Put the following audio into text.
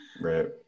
Right